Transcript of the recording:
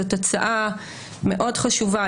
זו הצעה מאוד חשובה.